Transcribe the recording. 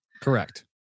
Correct